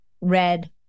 red